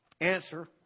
answer